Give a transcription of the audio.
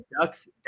Ducks